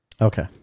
Okay